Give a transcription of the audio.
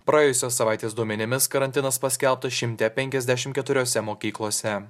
praėjusios savaitės duomenimis karantinas paskelbtas šimte penkiasdešimt keturiose mokyklose